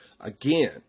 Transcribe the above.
again